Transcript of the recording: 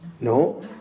No